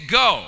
go